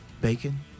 Bacon